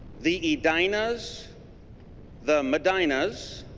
the edina's the madonnas